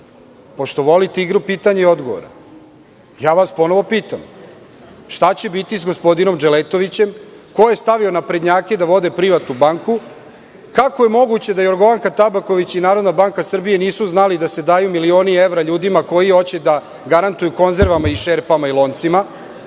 Pošto volite igru pitanja i odgovora, ponovo vas pitam – šta će biti sa gospodinom Dželetovićem, ko je stavio naprednjake da vode privatnu banku i kako je moguće da Jorgovanka Tabaković i Narodna banka Srbije nisu znali da se daju milioni evra ljudima koji hoće da garantuju konzervama, šerpama i loncima?